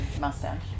mustache